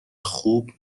خوب